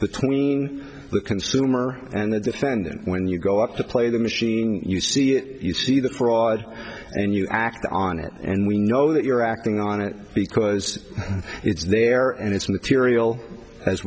the tween the consumer and the defendant when you go up to play the machine you see it you see the fraud and you act on it and we know that you're acting on it because it's there and it's material